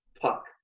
puck